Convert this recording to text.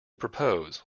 propose